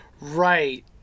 Right